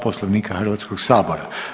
Poslovnika Hrvatskog sabora.